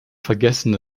vergessen